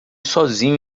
sozinho